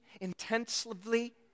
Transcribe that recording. intensively